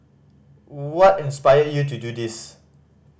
what inspired you to do this